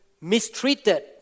mistreated